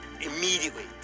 Immediately